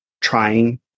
trying